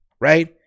right